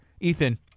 Ethan